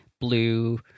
blue